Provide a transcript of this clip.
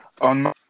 on